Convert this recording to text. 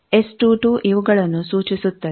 S22 ಇವುಗಳನ್ನು ಸೂಚಿಸುತ್ತದೆ